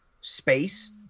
space